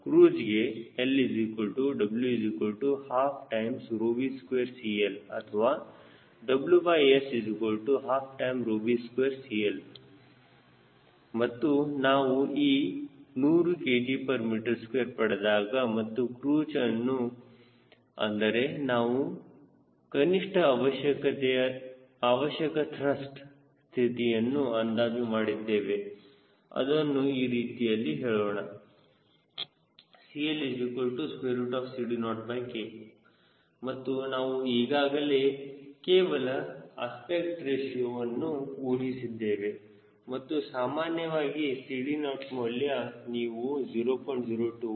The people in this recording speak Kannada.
ಕ್ರೂಜ್ಗೆ LW12v2CL ಅಥವಾ WS12v2CL ಮತ್ತು ನಾವು ಈ 100 kgm2 ಪಡೆದಾಗ ಮತ್ತು ಕ್ರೂಜ್ಅನ್ನು ಅಂದರೆ ನಾವು ಕನಿಷ್ಟ ಅವಶ್ಯಕ ತ್ರಸ್ಟ್ ಸ್ಥಿತಿಯನ್ನು ಅಂದಾಜು ಮಾಡಿದ್ದೇವೆ ಅದನ್ನು ಈ ರೀತಿಯಲ್ಲಿ ಹೇಳೋಣ CLCD0K ಮತ್ತು ನಾವು ಈಗಾಗಲೇ ಕೆಲವು ಅಸ್ಪೆಕ್ಟ್ ರೇಶಿಯೋವನ್ನು ಊಹಿಸಿದ್ದೇವೆ ಮತ್ತು ಸಾಮಾನ್ಯವಾಗಿ 𝐶DO ಮೌಲ್ಯ ನೀವು 0